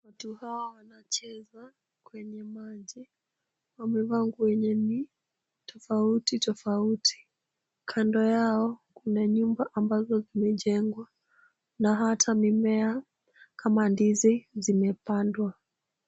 Watu hawa wanacheza kwenye maji. Wamevaa nguo yenye ni tofauti tofauti. Kando yao kuna nyumba ambazo zimejengwa na hata mimea kama ndizi zimepandwa.